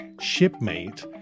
shipmate